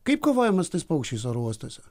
kaip kovojama su tais paukščiais oro uostuose